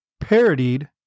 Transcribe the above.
parodied